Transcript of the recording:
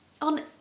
on